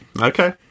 Okay